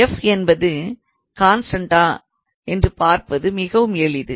f என்பது கான்ஸ்டண்ட்டா என்று பார்ப்பது மிகவும் எளிது